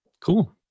Cool